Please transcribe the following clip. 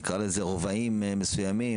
נקרא לזה "רובעים מסוימים",